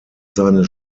seines